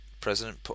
president